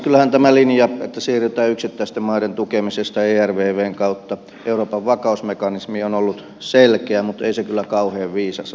kyllähän tämä linja että siirrytään yksittäisten maiden tukemisesta ervvn kautta euroopan vakausmekanismiin on ollut selkeä mutta ei se kyllä kauhean viisas ole ollut